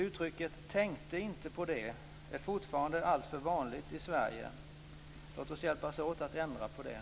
Uttrycket "tänkte inte på det" är fortfarande alltför vanligt i Sverige. Låt oss hjälpas åt att ändra på det.